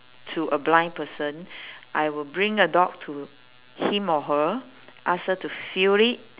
to a blind person I will bring the dog to him or her ask her to feel it